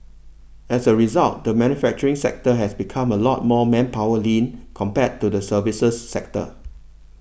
as a result the manufacturing sector has become a lot more manpower lean compared to the services sector